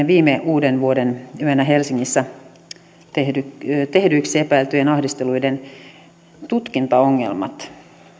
viime uudenvuodenyönä helsingissä tehdyiksi tehdyiksi epäiltyjen ahdisteluiden tutkintaongelmat